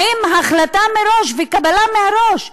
עם החלטה וקבלה מראש,